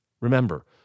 Remember